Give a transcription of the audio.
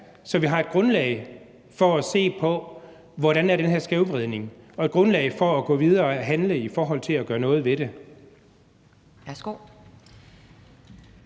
så vi får et grundlag, i forhold til at se hvordan den her skævvridning er, og et grundlag for at gå videre og kunne handle i forhold til at gøre noget ved det?